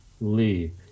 Leave